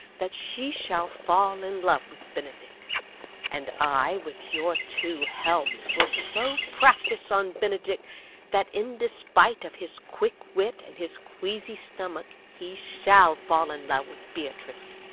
that she shall fall in love with benedick and i, with your two helps, will so practise on benedick that, in despite of his quick wit and his queasy stomach, he shall fall in love with beatrice.